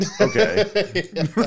okay